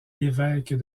évêque